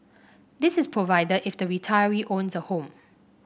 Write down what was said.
this is provided if the retiree owns a home